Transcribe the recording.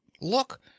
look